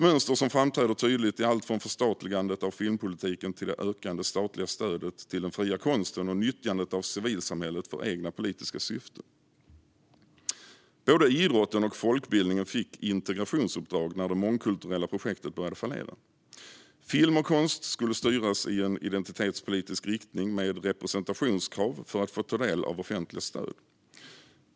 Mönstret framträder tydligt i allt från förstatligandet av filmpolitiken till det ökade statliga stödet till den fria konsten och nyttjandet av civilsamhället för egna politiska syften. Både idrotten och folkbildningen fick integrationsuppdrag när det mångkulturella projektet började fallera. Film och konst skulle styras i en identitetspolitisk riktning, med representationskrav för att få ta del av offentliga stöd.